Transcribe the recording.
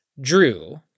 Drew